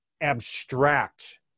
abstract